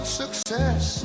success